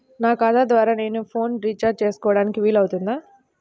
నా ఖాతా ద్వారా నేను ఫోన్ రీఛార్జ్ చేసుకోవడానికి వీలు అవుతుందా?